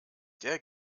der